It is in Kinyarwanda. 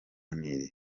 nil